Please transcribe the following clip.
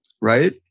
right